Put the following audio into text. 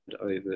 over